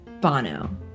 bono